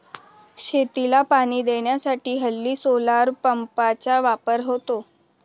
शेतीला पाणी देण्यासाठी हल्ली सोलार पंपचा वापर होतो